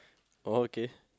oh okay